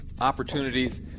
opportunities